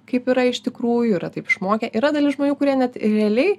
kaip yra iš tikrųjų yra taip išmokę yra dalis žmonių kurie net realiai